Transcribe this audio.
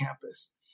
campus